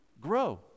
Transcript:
grow